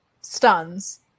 stuns